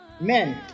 men